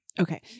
Okay